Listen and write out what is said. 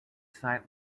site